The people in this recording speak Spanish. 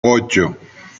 ocho